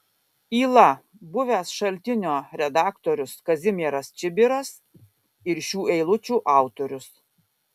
yla buvęs šaltinio redaktorius kazimieras čibiras ir šių eilučių autorius